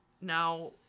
Now